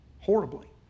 horribly